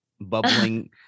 bubbling